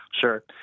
Sure